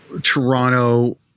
Toronto